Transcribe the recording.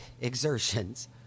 exertions